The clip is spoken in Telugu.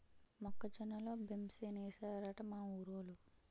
మొక్క జొన్న లో బెంసేనేశారట మా ఊరోలు